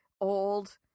old